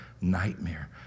nightmare